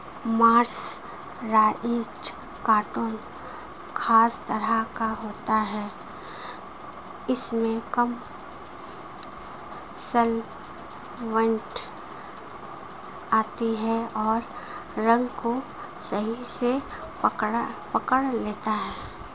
mercerised cotton खास तरह का होता है इसमें कम सलवटें आती हैं और रंग को सही से पकड़ लेता है